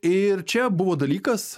ir čia buvo dalykas